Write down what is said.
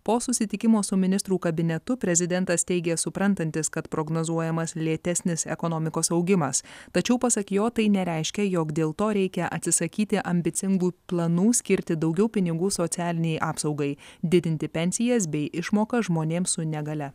po susitikimo su ministrų kabinetu prezidentas teigė suprantantis kad prognozuojamas lėtesnis ekonomikos augimas tačiau pasak jo tai nereiškia jog dėl to reikia atsisakyti ambicingų planų skirti daugiau pinigų socialinei apsaugai didinti pensijas bei išmokas žmonėms su negalia